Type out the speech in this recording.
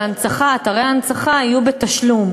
שהכניסה לאתרי ההנצחה תהיה בתשלום.